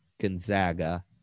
Gonzaga